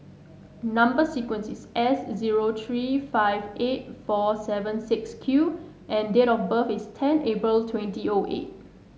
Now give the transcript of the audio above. number sequence is S zero three five eight four seven six Q and date of birth is ten April twenty O eight